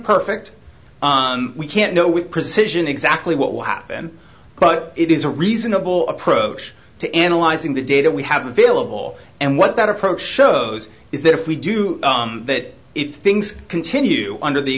perfect we can't know with precision exactly what will happen but it is a reasonable approach to analyzing the data we have available and what that approach shows is that if we do that if things continue under the